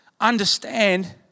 understand